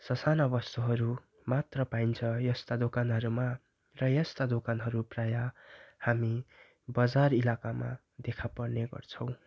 स साना वस्तुहरू मात्र पाइन्छ यस्ता दोकानहरूमा र यस्ता दोकानहरू प्रायः हामी बजार इलाकामा देखा पर्ने गर्छौँ